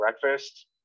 breakfast